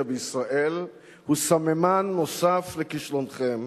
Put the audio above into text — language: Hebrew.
בישראל הם סממן נוסף של כישלונכם,